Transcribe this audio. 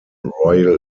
royal